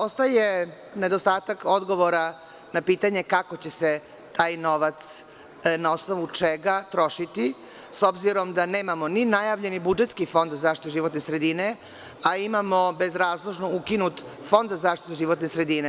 Ostaje nedostatak odgovora na pitanje kako će se taj novac, na osnovu čega trošiti, s obzirom da nemamo ni najavljeni budžetski fond za zaštitu životne sredine, a imamo bezrazložnu ukinut Fond za zaštitu životne sredine?